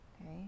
Okay